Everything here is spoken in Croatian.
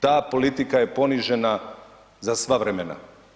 Ta politika je ponižena za sva vremena.